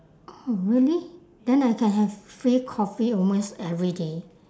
oh really then I can have free coffee almost every day